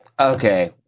okay